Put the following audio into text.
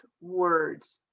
words